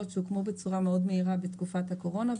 שהוקמו בצורה מהירה מאוד בתקופת הקורונה.